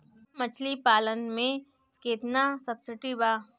मछली पालन मे केतना सबसिडी बा?